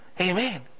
Amen